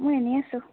মই এনে আছোঁ